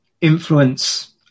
influence